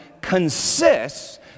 consists